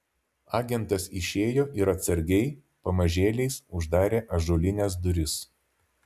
agentas išėjo ir atsargiai pamažėliais uždarė ąžuolines duris